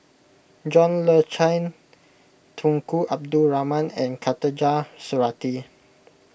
John Le Cain Tunku Abdul Rahman and Khatijah Surattee